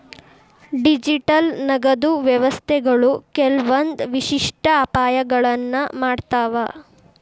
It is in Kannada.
ಡಿಜಿಟಲ್ ನಗದು ವ್ಯವಸ್ಥೆಗಳು ಕೆಲ್ವಂದ್ ವಿಶಿಷ್ಟ ಅಪಾಯಗಳನ್ನ ಮಾಡ್ತಾವ